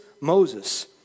Moses